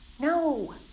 No